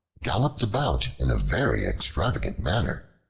galloped about in a very extravagant manner,